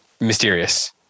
mysterious